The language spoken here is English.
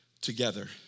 together